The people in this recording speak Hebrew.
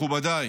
מכובדיי,